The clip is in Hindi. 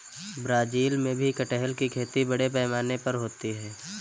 ब्राज़ील में भी कटहल की खेती बड़े पैमाने पर होती है